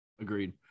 Agreed